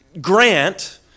Grant